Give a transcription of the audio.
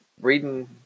reading